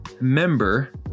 member